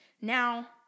Now